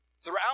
Throughout